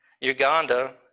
Uganda